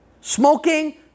smoking